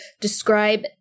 describe